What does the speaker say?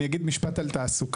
אני אגיד משפט על תעסוקה.